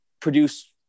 produce